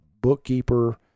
bookkeeper